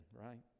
right